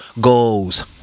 goals